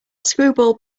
screwball